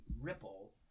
ripple